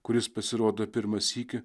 kuris pasirodo pirmą sykį